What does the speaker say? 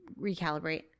recalibrate